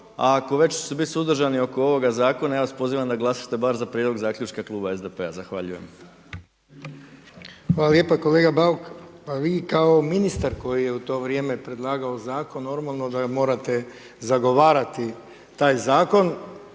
a ako već ćete biti suzdržani oko ovoga zakona, ja vas pozivam da glasate bar za prijedlog zaključka kluba SDP-a. Zahvaljujem. **Hrg, Branko (HDS)** Hvala lijepa kolega Bauk. Vi kao ministar koji je u to vrijeme predlagao zakon normalno da morate zagovarati taj zakon.